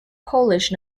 polish